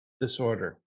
disorder